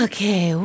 Okay